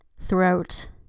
throughout